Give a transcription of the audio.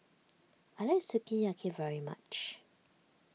I like Sukiyaki very much